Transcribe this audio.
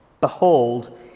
Behold